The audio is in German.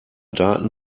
daten